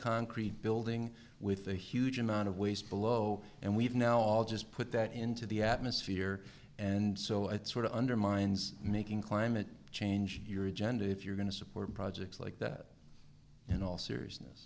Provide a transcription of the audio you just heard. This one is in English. concrete building with a huge amount of waste below and we've now all just put that into the atmosphere and so it sort of undermines making climate change your agenda if you're going to support projects like that in all seriousness